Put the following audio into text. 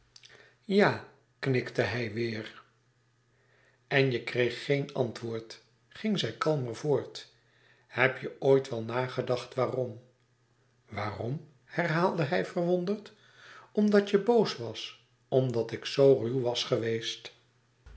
ja knikte hij weêr en je kreegt geen antwoord ging zij kalmer voort heb je ooit wel nagedacht waarom waarom herhaalde hij verwonderd omdat je boos was omdat ik zoo ruw was geweest